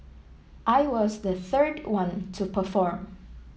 I was the third one to perform